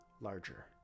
larger